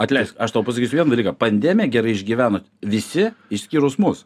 atleisk aš tau pasakysiu vieną dalyką pandemiją gerai išgyveno visi išskyrus mus